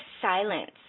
silence